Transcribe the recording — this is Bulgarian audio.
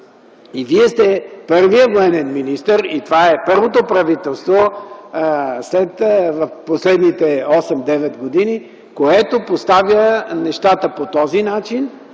И Вие сте първият военен министър и това е първото правителство през последните 8 9 години, което постави нещата по този начин